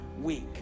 week